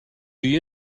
you